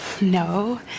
No